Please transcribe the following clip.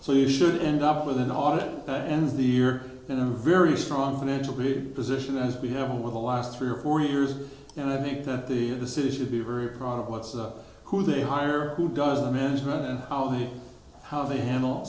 so you should end up with an audit of the year and a very strong financial position as we have with the last three or four years and i think that the city should be very proud of what's the who they hire who does the management and how how they handle